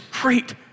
great